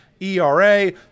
ERA